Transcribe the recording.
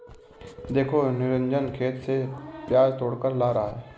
देखो निरंजन खेत से प्याज तोड़कर ला रहा है